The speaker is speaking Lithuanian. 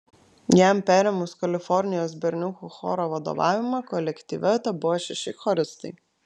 jam perėmus kalifornijos berniukų choro vadovavimą kolektyve tebuvo šeši choristai